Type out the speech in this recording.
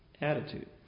attitude